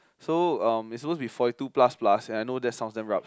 so um it's supposed to be forty two plus plus and I know that sounds damn rabz